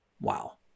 Wow